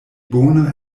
bona